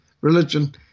religion